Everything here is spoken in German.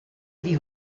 wie